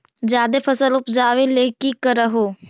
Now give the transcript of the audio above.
जादे फसल उपजाबे ले की कर हो?